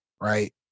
right